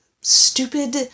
stupid